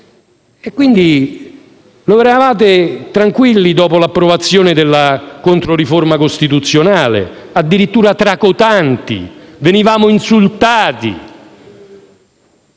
un disastro. Eravate tranquilli dopo l'approvazione della controriforma costituzionale, addirittura tracotanti; venivamo insultati,